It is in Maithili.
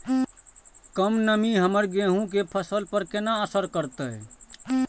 कम नमी हमर गेहूँ के फसल पर केना असर करतय?